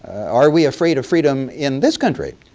are we afraid of freedom in this country?